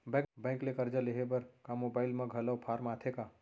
Bank ले करजा लेहे बर का मोबाइल म घलो फार्म आथे का?